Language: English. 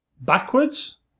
backwards